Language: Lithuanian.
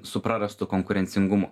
su prarastu konkurencingumu